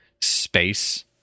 space